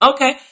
Okay